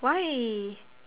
why